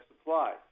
supply